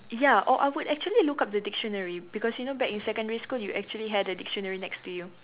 ya or I would actually look up the dictionary because you know back in secondary school you actually had a dictionary next to you